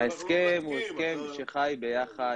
ההסכם הוא הסכם שחי ביחד,